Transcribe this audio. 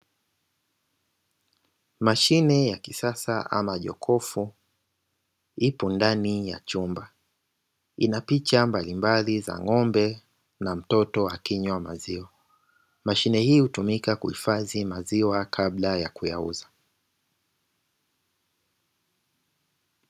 Mashine ya kisasa ama jokofu lipo ndani ya chumba. Ina picha mbalimbali za ng'ombe na mtoto akinywa maziwa. Mashine hii hutumika kuhifadhia maziwa kabla ya kuyauza.